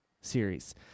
series